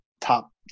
top